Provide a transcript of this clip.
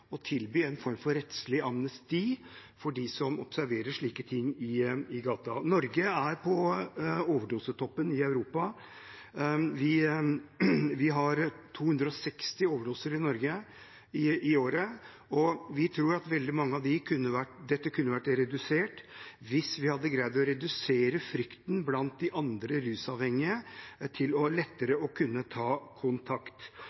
tilby en form for rettslig amnesti for dem som observerer slike ting i gata. Norge er på overdosetoppen i Europa. Vi har 260 overdoser i Norge i året, og vi tror at dette kunne vært redusert hvis vi hadde greid å redusere frykten blant de andre rusavhengige, slik at de lettere kunne ta kontakt. Forslaget vårt legger opp til